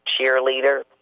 cheerleader